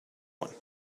one